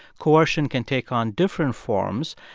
coercion can take on different forms.